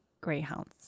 greyhounds